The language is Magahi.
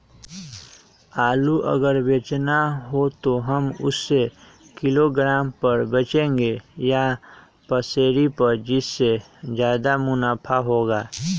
आलू अगर बेचना हो तो हम उससे किलोग्राम पर बचेंगे या पसेरी पर जिससे ज्यादा मुनाफा होगा?